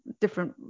different